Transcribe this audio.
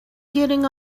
getting